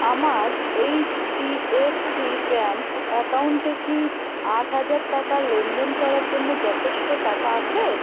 আমার H D F C bank অ্যাকাউন্টে কি আট হাজার টাকা লেনদেন করার জন্য যথেষ্ট টাকা আছে